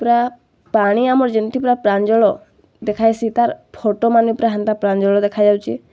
ପୁରା ପାଣି ଆମର୍ ଜେନ୍ତି ପୁରା ପ୍ରାଞ୍ଜଳ ଦେଖାଯାଏସି ତାର୍ ଫଟୋମାନେ ପୁରା ହେନ୍ତା ପ୍ରାଞ୍ଜଳ ଦେଖାଯାଉଚେ